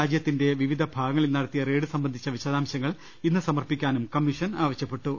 രാജ്യത്തിന്റെ വിവിധ ഭാഗങ്ങളിൽ നട ത്തിയ റെയ്ഡ് സംബന്ധിച്ച വിശദാംശം ഇന്ന് സമർപ്പിക്കാനും കമ്മീഷൻ ആവശ്യപ്പെട്ടു